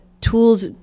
tools